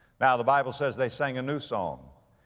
now the bible says they sang a new song.